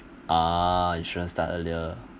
ah you shouldn't start earlier